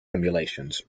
simulations